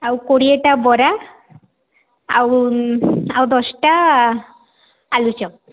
ଆଉ କୋଡ଼ିଏଟା ବରା ଆଉ ଆଉ ଦଶଟା ଆଳୁଚପ